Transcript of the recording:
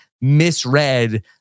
misread